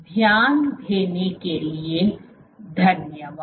ध्यान देने के लिए धन्यवाद